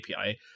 API